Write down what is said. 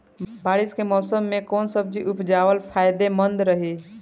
बारिश के मौषम मे कौन सब्जी उपजावल फायदेमंद रही?